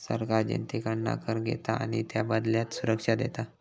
सरकार जनतेकडना कर घेता आणि त्याबदल्यात सुरक्षा देता